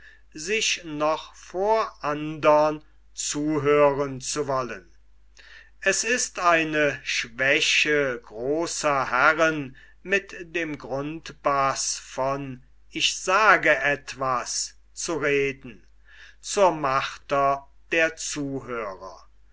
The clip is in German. sich noch vor andern zuhören zu wollen es ist eine schwäche großer herren mit dem grundbaß von ich sage etwas zu reden zur marter der zuhörer